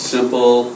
Simple